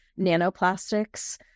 nanoplastics